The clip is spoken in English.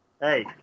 hey